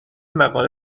مقاله